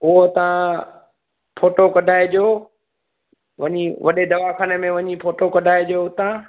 उहो तव्हां फ़ोटो कढाइजो वञी वॾे दवाख़ाने में वञी फ़ोटू कढाइजो हुतां